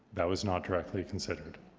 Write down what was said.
that was not directly considered.